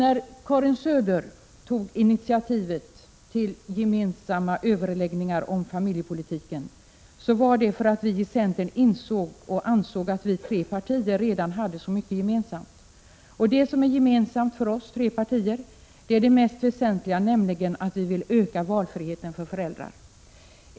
När Karin Söder tog initiativ till gemensamma överläggningar om familjepolitiken gjorde hon det för att vi i centern insåg och ansåg att de tre borgerliga partierna hade så mycket gemensamt. Det som är gemensamt för oss är det mest väsentliga, nämligen att vi vill öka valfriheten för föräldrarna.